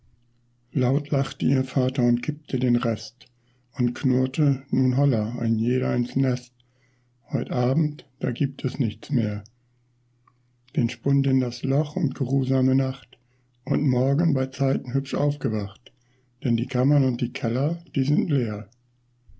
laut lachte ihr vater und kippte den rest und knurrte nun holla ein jeder ins nest heut abend da gibt es nichts mehr den spund in das loch und geruhsame nacht und morgen beizeiten hübsch aufgewacht denn die kammern und die keller die sind leer